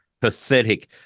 pathetic